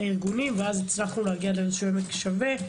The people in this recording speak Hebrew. הארגונים והצלחנו להגיע לעמק שווה.